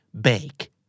bake